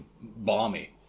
balmy